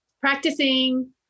practicing